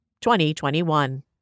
2021